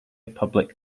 public